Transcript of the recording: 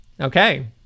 Okay